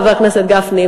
חבר הכנסת גפני,